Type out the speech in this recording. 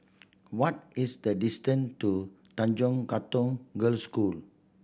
what is the distance to Tanjong Katong Girls' School